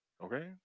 Okay